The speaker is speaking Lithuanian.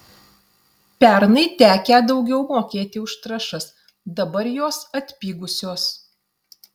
pernai tekę daugiau mokėti už trąšas dabar jos atpigusios